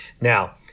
Now